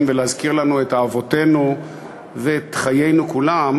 ולהזכיר לנו את אהבותינו ואת חיינו כולם,